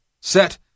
Set